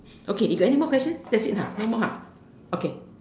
okay you got any more questions that is it ha no more ha okay